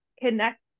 connect